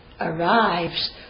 arrives